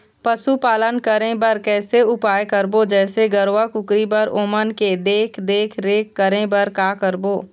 पशुपालन करें बर कैसे उपाय करबो, जैसे गरवा, कुकरी बर ओमन के देख देख रेख करें बर का करबो?